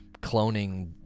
cloning